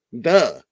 Duh